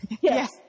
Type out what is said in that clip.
Yes